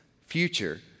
future